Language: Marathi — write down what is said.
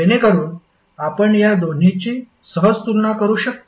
जेणेकरून आपण या दोन्हीची सहज तुलना करू शकतो